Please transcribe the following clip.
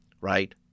right